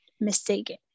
mistaken